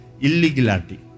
illegality